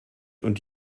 und